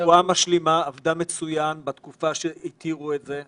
הרפואה המשלימה עבדה מצוין בתקופה שהתירו את זה.